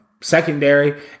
secondary